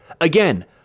Again